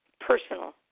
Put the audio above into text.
Personal